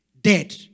dead